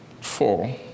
Four